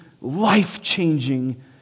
life-changing